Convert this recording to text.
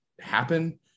happen